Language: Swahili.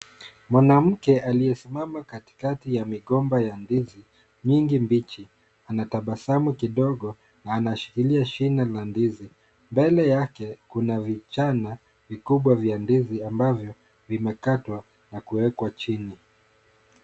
Mwanamke aliye simama katikati ya migomba ya ndizi mingi mbichi. Anatabasamu kidogo na anashikilia shina la ndizi . Mbele yake, kuna vichana vikubwa vya ndizi ambavyo vimekatwa na kuwekwa chini.